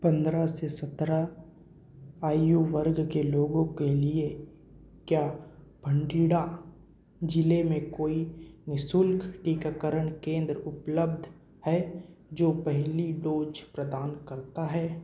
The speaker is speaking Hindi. पंद्रह से सत्रह आयु वर्ग के लोगों के लिए क्या भटिंडा ज़िले में कोई निःशुल्क टीकाकरण केंद्र उपलब्ध है जो पहली डोज प्रदान करता है